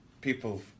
people